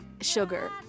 sugar